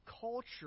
culture